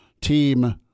team